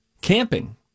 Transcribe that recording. camping